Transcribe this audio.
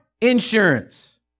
insurance